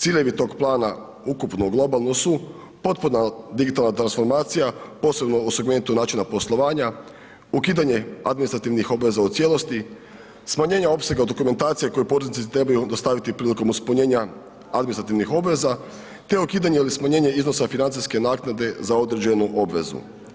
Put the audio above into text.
Ciljevi tog plana ukupno globalno su potpuna digitalna transformacija posebno u segmentu načina poslovanja, ukidanje administrativnih obaveza u cijelosti, smanjenje opsega dokumentacije koju poreznici trebaju dostaviti prilikom ispunjenja administrativnih obveza te ukidanje ili smanjenje iznosa financijske naknade za određenu obavezu.